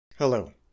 Hello